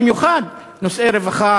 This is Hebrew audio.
במיוחד בנושאי רווחה,